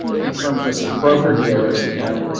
in terms of broker dealers, you know,